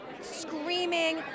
screaming